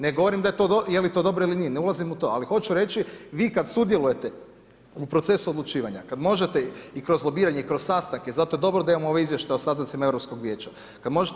Ne govorim je li to dobro ili nije, ne ulazim u to ali hoću reći vi kad sudjelujete u procesu odlučivanja kad možete i kroz lobiranje i kroz sastanke, zato je dobro da imamo ovaj izvještaj o sastancima Europskog vijeća, kad možete